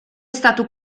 stato